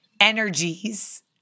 energies